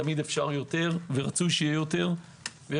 תמיד אפשר יותר ורצוי שיהיה יותר ויש